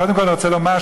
קודם כול אני רוצה לומר,